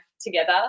together